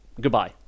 goodbye